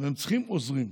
והם צריכים עוזרים,